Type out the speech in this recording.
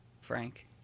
Frank